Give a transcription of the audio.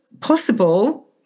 possible